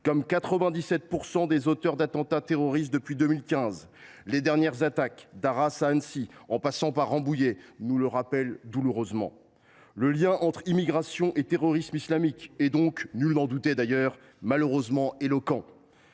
comme 97 % des auteurs d’attentats terroristes depuis 2015. Les dernières attaques, d’Arras à Annecy en passant par Rambouillet nous le rappellent douloureusement. Le lien entre immigration et terrorisme islamique est donc – nul n’en doutait d’ailleurs – malheureusement évident.